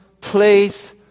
Place